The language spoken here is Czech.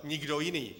Nikdo jiný.